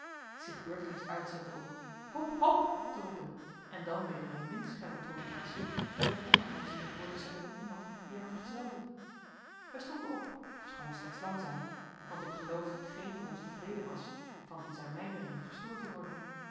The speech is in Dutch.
zich beurtelings uitzette om hop hop te roepen en dan weder een min schellen toon aansloeg en een onderhoud scheen voort te zetten met iemand die haar vergezelde wij stonden op ofschoon slechts langzaam want ik geloof dat geen van ons tevreden was van in zijn mijmeringen gestoord te worden